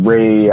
Ray